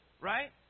right